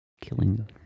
Killing